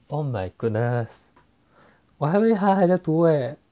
oh my goodness what 我还以为他还在读 eh